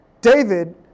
David